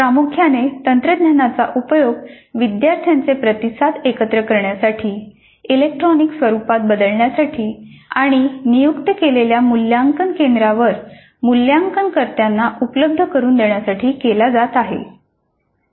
प्रामुख्याने तंत्रज्ञानाचा उपयोग विद्यार्थ्यांचे प्रतिसाद एकत्रित करण्यासाठी इलेक्ट्रॉनिक स्वरुपात बदलण्यासाठी आणि नियुक्त केलेल्या मूल्यांकन केंद्रांवर मूल्यांकनकर्त्यांना उपलब्ध करुन देण्यासाठी केला जात आहे